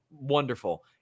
Wonderful